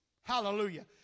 Hallelujah